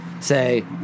say